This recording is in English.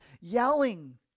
yelling